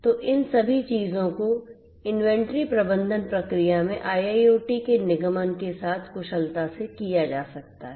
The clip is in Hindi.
तो इन सभी चीजों को इन्वेंट्री प्रबंधन प्रक्रिया में IIoT के निगमन के साथ कुशलता से किया जा सकता है